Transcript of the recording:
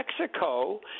Mexico